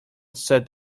set